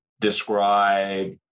describe